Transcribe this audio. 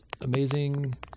amazing